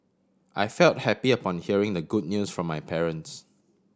I felt happy upon hearing the good news from my parents